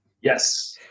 Yes